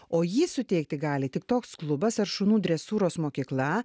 o jį suteikti gali tik toks klubas ar šunų dresūros mokykla